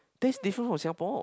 taste different from Singapore